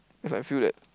that's why I feel that